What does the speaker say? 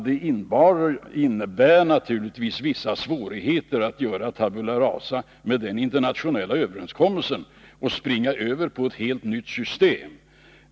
Det innebär naturligtvis vissa svårigheter att göra rent bord med denna internationella överenskommelse och springa över till ett helt nytt system.